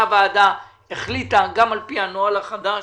הוועדה החליטה גם על-פי הנוהל החדש